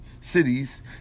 cities